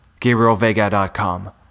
gabrielvega.com